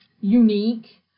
unique